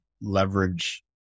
leverage